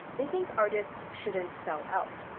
they think artists shouldn't sell out.